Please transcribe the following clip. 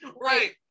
right